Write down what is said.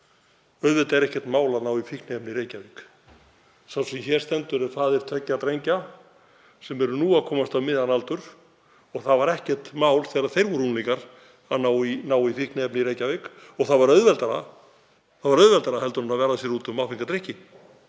Auðvitað er ekkert mál að ná í fíkniefni í Reykjavík. Sá sem hér stendur er faðir tveggja drengja sem eru nú að komast á miðjan aldur og það var ekkert mál þegar þeir voru unglingar að ná í fíkniefni í Reykjavík, það var auðveldara en að verða sér úti um áfenga drykki.